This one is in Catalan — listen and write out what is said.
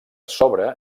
sobre